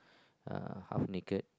uh half naked